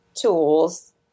tools